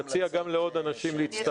נציע לעוד אנשים גם לעשות,